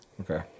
Okay